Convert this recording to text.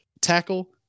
tackle